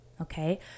Okay